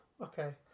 Okay